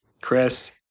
Chris